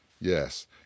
Yes